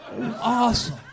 Awesome